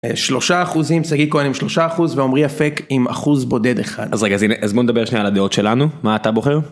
שלושה אחוזים שגיא כהן עם שלושה אחוז ועומרי אפק עם אחוז בודד אחד אז רגע אז הנה אז בוא נדבר שנייה על הדעות שלנו. מה אתה בוחר?